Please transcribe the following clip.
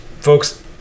folks